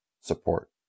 support